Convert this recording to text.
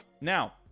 Now